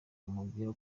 umubwira